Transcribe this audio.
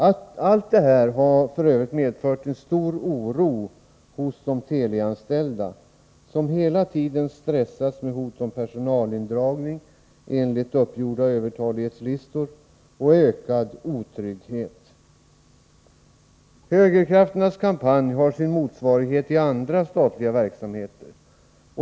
Allt detta har f. ö. medfört stor oro hos de Telianställda, som hela tiden stressas med hot om personalindragning enligt uppgjorda övertalighetslistor och ökad otrygghet. Högerkrafternas kampanj på detta område har sin motsvarighet i andra statliga verksamheter.